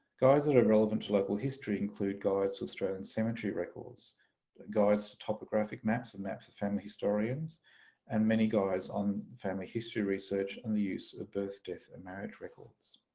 guides that are relevant to local history include guides to australian cemetery guides to topographic maps and maps of family historians and many guides on family history research and the use of birth, death and marriage records.